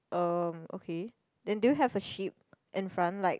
um okay then do you have a sheep in front like